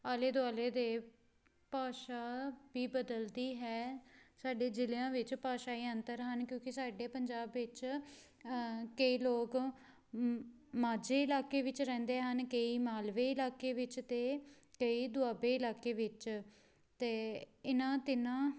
ਆਲੇ ਦੁਆਲੇ ਦੇ ਭਾਸ਼ਾ ਵੀ ਬਦਲਦੀ ਹੈ ਸਾਡੇ ਜ਼ਿਲ੍ਹਿਆਂ ਵਿੱਚ ਭਾਸ਼ਾਈ ਅੰਤਰ ਹਨ ਕਿਉਂਕਿ ਸਾਡੇ ਪੰਜਾਬ ਵਿੱਚ ਕਈ ਲੋਕ ਮ ਮਾਝੇ ਇਲਾਕੇ ਵਿੱਚ ਰਹਿੰਦੇ ਹਨ ਕਈ ਮਾਲਵੇ ਇਲਾਕੇ ਵਿੱਚ ਅਤੇ ਕਈ ਦੁਆਬੇ ਇਲਾਕੇ ਵਿੱਚ ਅਤੇ ਇਹਨਾਂ ਤਿੰਨਾਂ